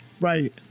Right